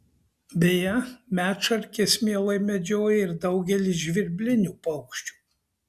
beje medšarkės mielai medžioja ir daugelį žvirblinių paukščių